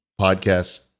podcast